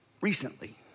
recently